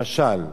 למשל,